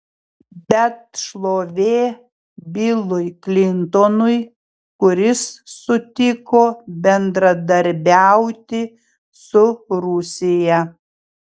bet šlovė bilui klintonui kuris sutiko bendradarbiauti su rusija